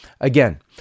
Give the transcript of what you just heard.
Again